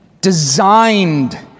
designed